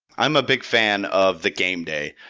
i'm a big fan of the gameday,